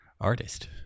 artist